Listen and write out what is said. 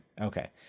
okay